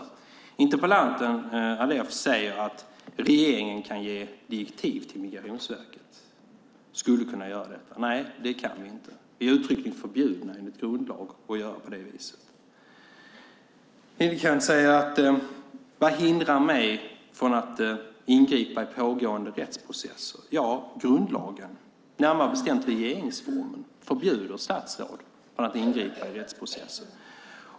Interpellanten Halef säger att regeringen skulle kunna ge direktiv till Migrationsverket. Nej, det kan vi inte. Vi är uttryckligen förbjudna enligt grundlag att göra på det viset. Vad hindrar mig från att ingripa i pågående rättsprocesser? Ja, grundlagen. Närmare bestämt förbjuder regeringsformen statsråd att ingripa i rättsprocessen.